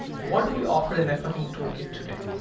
what do we offer and networking toolkit today?